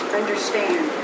understand